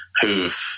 who've